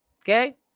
Okay